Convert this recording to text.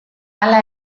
hala